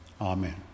Amen